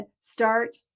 start